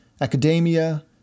academia